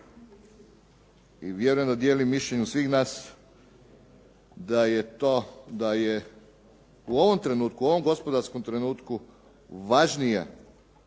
i vjerujem da dijelim mišljenje sviju nas da je u ovom trenutku, u ovom gospodarskom trenutku važnija